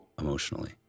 emotionally